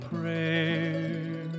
prayer